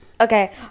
Okay